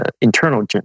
internal